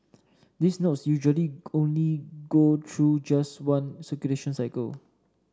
these notes usually only go through just one circulation cycle